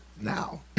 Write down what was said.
Now